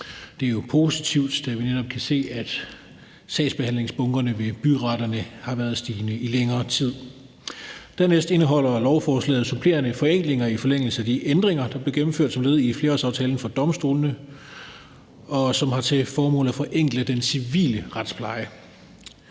Det er jo positivt, da vi netop kan se, at sagsbehandlingsbunkerne ved byretterne har været stigende i længere tid. Dernæst indeholder lovforslaget supplerende forenklinger i forlængelse af de ændringer, der blev gennemført som led i flerårsaftalen for domstolene, og som har til formål at forenkle den civile retspleje.